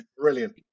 Brilliant